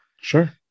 Sure